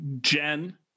jen